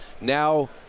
now